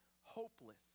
hopeless